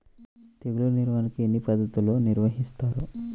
తెగులు నిర్వాహణ ఎన్ని పద్ధతులలో నిర్వహిస్తారు?